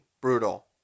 brutal